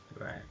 Right